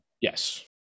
Yes